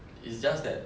it's just that